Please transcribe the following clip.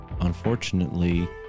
unfortunately